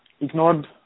ignored